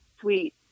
sweet